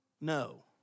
no